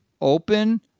open